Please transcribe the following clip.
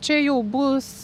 čia jau bus